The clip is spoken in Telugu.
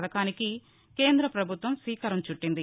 పథకానికి కేంద్ర ప్రభుత్వం గ్రీకారం చుట్టింది